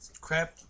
crap